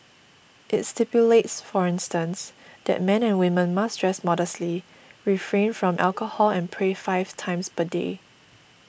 it stipulates for instance that men and women must dress modestly refrain from alcohol and pray five times per day